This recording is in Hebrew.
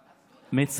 הגענו.